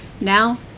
Now